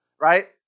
right